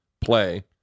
play